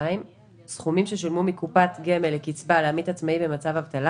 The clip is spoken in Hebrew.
קביעת סכומים ששולמו מקופת גמל לקצבה לעמית עצמאי במצב אבטלה